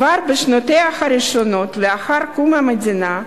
כבר בשנותיה הראשונות, לאחר קום המדינה,